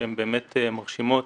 שהן באמת מרשימות.